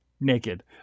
naked